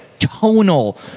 Tonal